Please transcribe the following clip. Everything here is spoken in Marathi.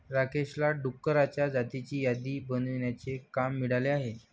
राकेशला डुकरांच्या जातींची यादी बनवण्याचे काम मिळाले आहे